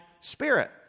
spirit